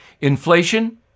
Inflation